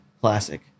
Classic